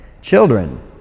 Children